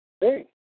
hey